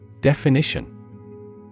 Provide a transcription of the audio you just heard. Definition